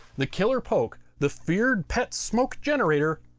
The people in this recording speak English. the killer poke, the feared pet smoke generator.